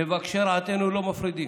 מבקשי רעתנו לא מפרידים,